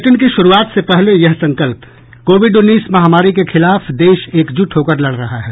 bulletin की शुरूआत से पहले ये संकल्प कोविड उन्नीस महामारी के खिलाफ देश एकजुट होकर लड़ रहा है